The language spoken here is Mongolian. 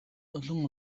олон